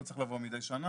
לא צריך לבוא מידי שנה.